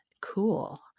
cool